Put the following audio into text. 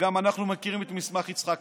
וגם אנחנו מכירים את מסמך יצחקי.